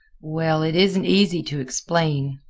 well, it isn't easy to explain,